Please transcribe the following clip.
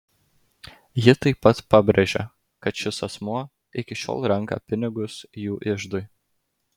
ji taip pat pabrėžė kad šis asmuo iki šiol renka pinigus jų iždui